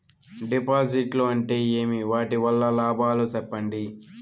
డిపాజిట్లు అంటే ఏమి? వాటి వల్ల లాభాలు సెప్పండి?